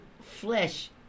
flesh